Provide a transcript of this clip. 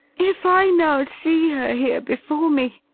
if i now see her here before me,